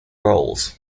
roles